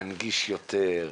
להנגיש יותר,